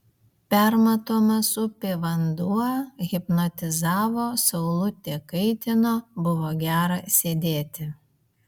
permatomas upė vanduo hipnotizavo saulutė kaitino buvo gera sėdėti